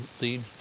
lead